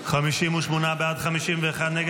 58 בעד, 51 נגד.